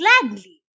Gladly